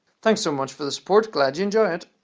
thanks so much for the support glad you enjoy it!